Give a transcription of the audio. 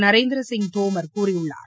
நரேந்திரசிங் தோமர் கூறியுள்ளார்